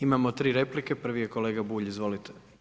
Imamo 3 replike, prvi je kolega Bulj, izvolite.